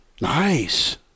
Nice